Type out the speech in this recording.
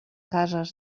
cases